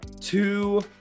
two